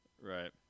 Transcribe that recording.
Right